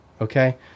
Okay